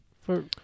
for-